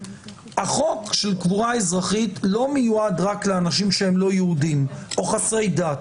החוק של קבורה אזרחית לא מיועד רק לאנשים שהם לא יהודים או חסרי דת,